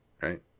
right